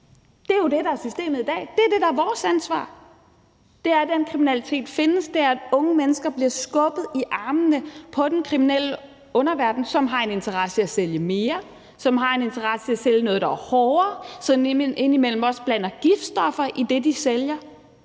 Det er jo det, der er systemet i dag, og det er det, der er vores ansvar, nemlig at den kriminalitet findes, at unge mennesker bliver skubbet i armene på den kriminelle underverden, som har en interesse i at sælge mere, som har en interesse i at sælge noget, der er hårdere, som indimellem også blander giftstoffer i det, som de sælger,